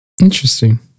interesting